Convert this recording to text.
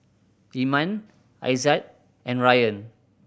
Iman Aizat and Ryan